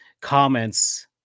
comments